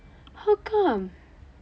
how come